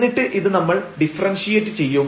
എന്നിട്ട് ഇത് നമ്മൾ ഡിഫറെൻഷിയേറ്റ് ചെയ്യും